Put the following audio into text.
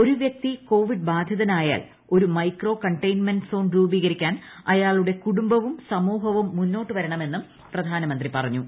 ഒരു വൃക്തി കോവിഡ് ബാധിതനായാൽ ഒരു മൈക്രോ കണ്ടെയ്ൻമെന്റ് സോൺ രൂപീകരിക്കാൻ അയാളുടെ കുടുംബവും സമൂഹവും മുന്നോട്ടുവരണമെന്നും പ്രധാനമൂന്തി പറഞ്ഞു